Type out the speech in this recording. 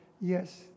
yes